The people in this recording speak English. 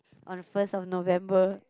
on the first of November